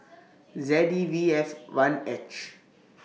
Z E V F one H